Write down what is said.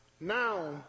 Now